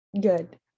good